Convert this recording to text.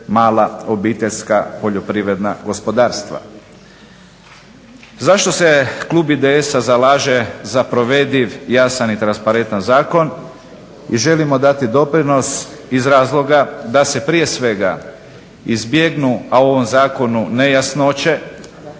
mala obiteljska poljoprivredna gospodarstva. Zašto se klub IDS-a zalaže za provediv, jasan i transparentan zakon i želimo dati doprinos iz razloga da se prije svega izbjegnu u ovom zakonu nejasnoće.